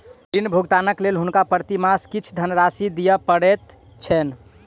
ऋण भुगतानक लेल हुनका प्रति मास किछ धनराशि दिअ पड़ैत छैन